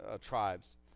tribes